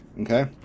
okay